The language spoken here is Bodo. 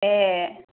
ए